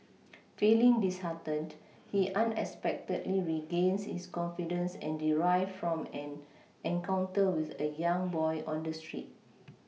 feeling disheartened he unexpectedly regains his confidence and drive from an encounter with a young boy on the street